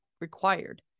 required